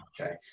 okay